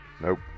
Nope